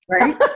right